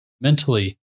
mentally